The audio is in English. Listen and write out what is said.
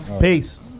Peace